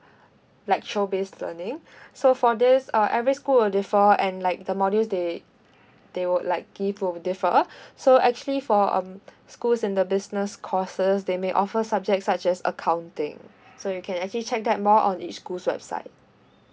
lecture based learning so for this uh every school will differ and like the modules they they would like give will differ so actually for um schools in the business courses they may offer subject such as accounting so you can actually check that more on each school's website